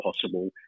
possible